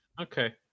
Okay